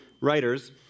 writers